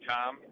Tom